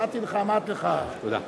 נתתי לך, אמרתי לך, תודה.